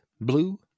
blue